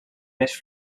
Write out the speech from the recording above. més